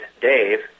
Dave